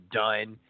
done